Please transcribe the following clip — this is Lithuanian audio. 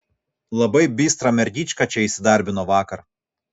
labai bistra mergyčka čia įsidarbino vakar